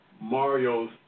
Mario's